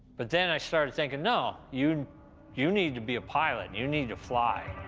but then i started thinking, no, you you need to be a pilot. you need to fly.